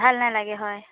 ভাল নালাগে হয়